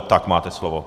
Tak máte slovo.